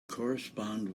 correspond